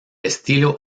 estilo